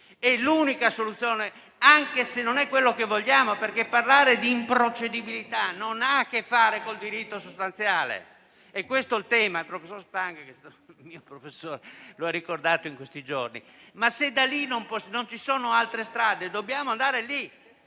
è l'unica soluzione possibile, anche se non è quello che vogliamo, perché parlare di improcedibilità non ha a che fare col diritto sostanziale, è questo il tema (il professor Spangher, che è stato il mio professore, lo ha ricordato in questi giorni). Se però non ci sono altre strade, dobbiamo andare lì;